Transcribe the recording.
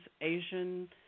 Asian